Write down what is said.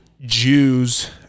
Jews